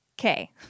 okay